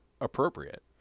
Appropriate